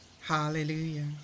Hallelujah